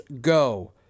go